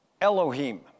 Elohim